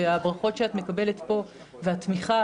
והברכות שאת מקבלת פה והתמיכה